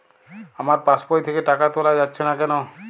আমার পাসবই থেকে টাকা তোলা যাচ্ছে না কেনো?